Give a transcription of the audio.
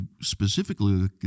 specifically